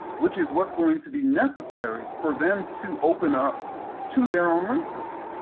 which is what's going to be necessary for them to open up to their own racism.